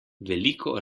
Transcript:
veliko